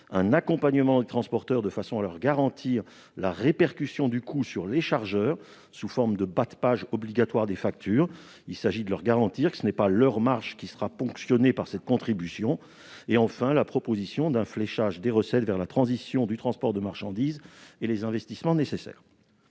d'un accompagnement des transporteurs, de façon à leur assurer la répercussion du coût sur les chargeurs, sous forme de bas de page obligatoires sur les factures. Il s'agit de leur garantir que ce n'est pas leur marge qui sera ponctionnée par cette contribution. Enfin, nous proposons un fléchage des recettes vers la transition du transport de marchandises et les investissements nécessaires.